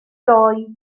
doi